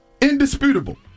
indisputable